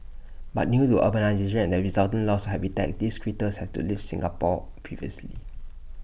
but due to urbanisation and the resultant loss habitats these critters have to leave Singapore previously